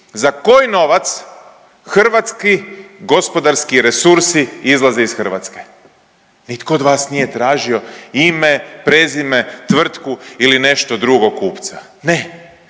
za koji novac hrvatski gospodarski resursi izlaze iz Hrvatske. Nitko od vas nije tražio ime, prezime, tvrtku ili nešto drugo kupca. Ne,